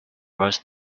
was